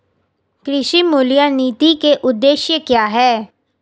कृषि मूल्य नीति के उद्देश्य क्या है?